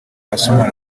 asoma